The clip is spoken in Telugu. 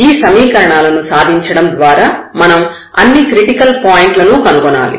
ఈ సమీకరణాలను సాధించడం ద్వారా మనం అన్ని క్రిటికల్ పాయింట్లను కనుగొనాలి